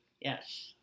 yes